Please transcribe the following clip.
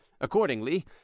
accordingly